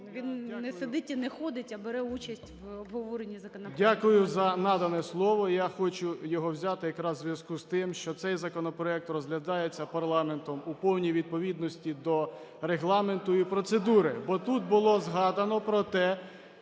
Він не сидить і не ходить, а бере участь в обговоренні законопроекту. 13:00:57 КИРИЛЕНКО В.А. Дякую за надане слово. Я хочу його взяти якраз в зв'язку з тим, що цей законопроект розглядається парламентом у повній відповідності до Регламенту і процедури. Бо тут було згадано про те,